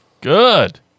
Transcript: good